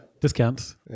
Discounts